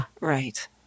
Right